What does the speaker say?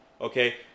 okay